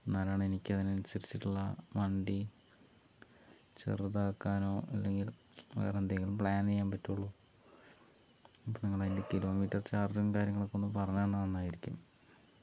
എന്നാലാണ് എനിക്ക്തിനനുസരിച്ചിട്ടുള്ള വണ്ടി ചെറുതാക്കാനോ അല്ലെങ്കിൽ വേറെന്തെങ്കിലും പ്ലാൻ ചെയ്യാൻ പറ്റുള്ളൂ അപ്പോൾ നിങ്ങൾ അതിൻ്റെ കിലോമീറ്റർ ചാർജും കാര്യങ്ങളൊക്കെ ഒന്നു പറഞ്ഞ് തന്നാൽ നന്നായിരിക്കും